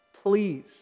please